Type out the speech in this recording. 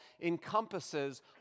encompasses